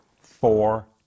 four